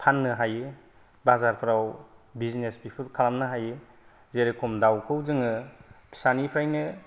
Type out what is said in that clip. फाननो हायो बाजारफोराव जेरै बिजिनेस बेफोर खालामनो हायो जेरेखम दाउखौ जोङो फिसानिफ्रायनो